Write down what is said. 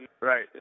right